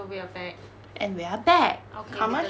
and we are back commercial break